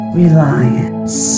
reliance